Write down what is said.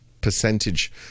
percentage